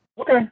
Okay